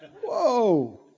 whoa